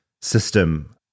system